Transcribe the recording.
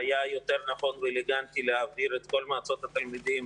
שהיה יותר נכון ואלגנטי להעביר את כל מועצות התלמידים,